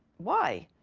why?